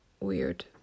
weird